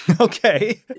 okay